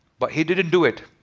but he didn't do it.